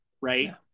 right